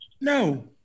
No